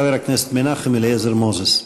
חבר הכנסת מנחם אליעזר מוזס.